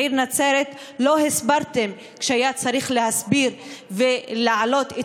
בעיר נצרת לא הסברתם כשהיה צריך להסביר ולהעלות את